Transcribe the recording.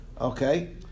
Okay